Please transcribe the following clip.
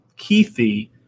Keithy